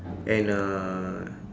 and uh